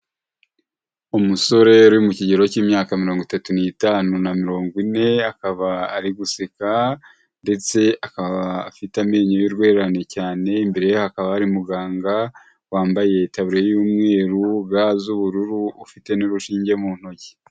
Umusore uri mukigero cy'imyaka mirongo itatu n’itanu na mirongo ine, akaba ari guseka ndetse akaba afite amenyo y'urwerane cyane, imbere ye hakaba hari umuganga wambaye taburiye y’umweru, ga z’ubururu, ufite n’urushinge mu ntoki.